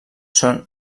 són